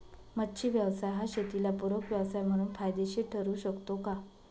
मच्छी व्यवसाय हा शेताला पूरक व्यवसाय म्हणून फायदेशीर ठरु शकतो का?